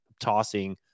tossing